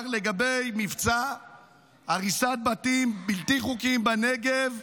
לגבי מבצע הריסת בתים בלתי חוקיים בנגב.